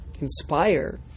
inspire